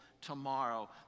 tomorrow